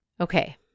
Okay